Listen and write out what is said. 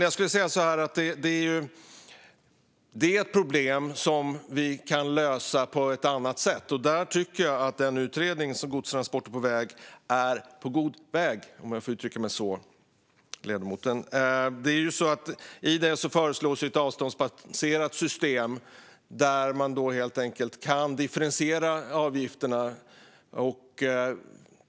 Jag skulle dock säga att detta är ett problem vi kan lösa på ett annat sätt, och där tycker jag att utredningen om godstransporter på väg är på god väg - om jag får uttrycka mig så för ledamoten. I utredningen föreslås ett avståndsbaserat system där man helt enkelt kan differentiera avgifterna.